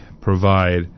provide